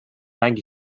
mängu